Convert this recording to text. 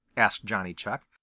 asked johnny chuck.